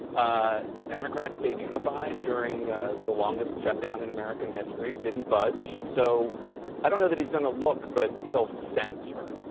ah the democrats stayed unified during the longest shutdown in american history, didn't budge. so i don't know that he's gonna look, but he'll sense her.